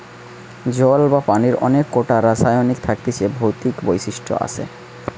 জল বা পানির অনেক কোটা রাসায়নিক থাকতিছে ভৌতিক বৈশিষ্ট আসে